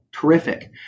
terrific